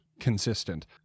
Consistent